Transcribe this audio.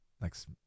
Next